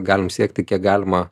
galim siekti kiek galima